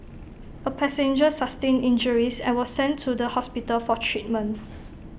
A passenger sustained injuries and was sent to the hospital for treatment